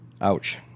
Ouch